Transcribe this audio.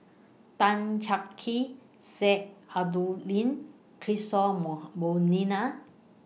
Tan Cheng Kee Sheik Alau'ddin Kishore Mo